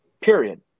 period